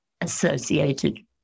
associated